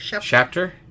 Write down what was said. Chapter